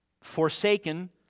forsaken